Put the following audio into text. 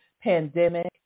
pandemic